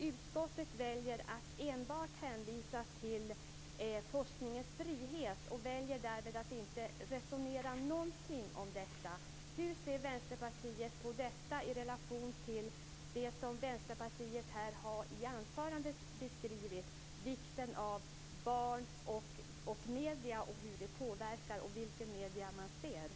Utskottet väljer att enbart hänvisa till forskningens frihet och resonerar därmed inte någonting om detta. Hur ser Vänsterpartiet på detta i relation till det som beskrevs i anförandet? Det gäller hur barn påverkas av medierna.